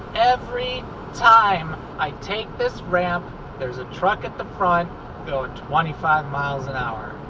every time i take this ramp there's a truck at the front going twenty five mph.